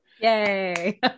Yay